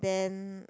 then